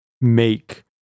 make